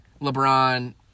LeBron